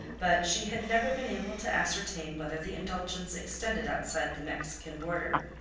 but she had never been able to ascertain whether the indulgence extended outside the mexican border.